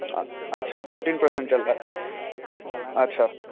अच्छा fourteen percent चल रहा है अच्छा